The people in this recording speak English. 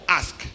ask